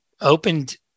opened